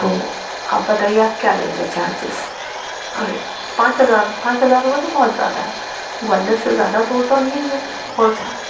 तो आप बताइए आप क्या लेंगे चार्जेस अरे पाँच हजार पाँच हजार रुपए तो बहुत ज़्यादा है ग्वालियर से ज़्यादा दूर नहीं है ओरछा